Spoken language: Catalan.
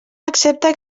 accepta